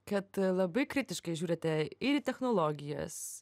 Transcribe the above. kad labai kritiškai žiūrite ir į technologijas